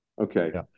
Okay